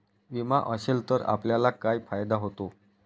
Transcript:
विमा असेल तर आपल्याला काय फायदा होतो?